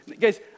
Guys